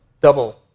double